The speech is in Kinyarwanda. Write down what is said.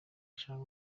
ashaka